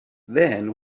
then